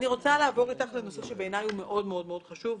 אני רוצה לעבור איתך לנושא שבעיני הוא מאוד מאוד חשוב,